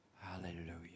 Hallelujah